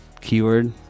Keyword